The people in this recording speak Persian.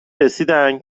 رسیدن